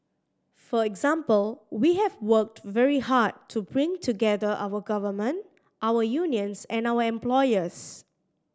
for example we have worked very hard to bring together our government our unions and our employers